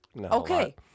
Okay